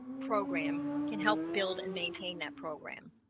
program can help build and maintain that program.